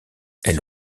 elle